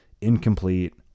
incomplete